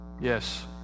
Yes